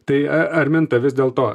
tai a arminta vis dėl to